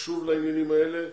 שקשוב לעניינים האלה.